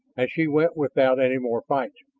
and she went without any more fight.